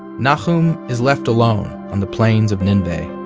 nahum is left alone on the plains of nineveh.